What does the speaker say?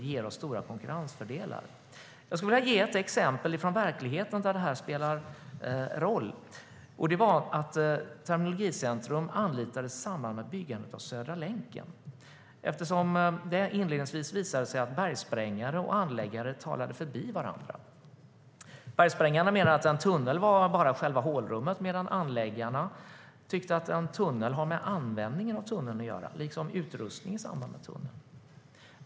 Det ger oss stora konkurrensfördelar. Jag skulle vilja ge ett exempel från verkligheten där det här spelar roll, och det är att Terminologicentrum anlitades i samband med byggandet av Södra länken. Det visade sig nämligen inledningsvis att bergsprängare och anläggare talade förbi varandra - bergsprängarna menade att en tunnel bara var själva hålrummet medan anläggarna tyckte att en tunnel har med användningen att göra, liksom utrustning i samband med tunneln.